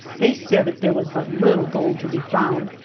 they said that there was but little gold to be found,